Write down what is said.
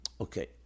Okay